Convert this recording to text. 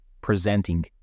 presenting